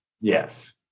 yes